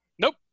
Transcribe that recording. Nope